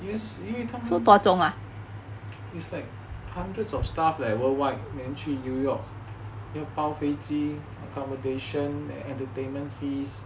yes 因为他们 is like hundreds of staff leh worldwide then 去 new york 要包飞机 accommodation the entertainment fees